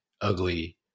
ugly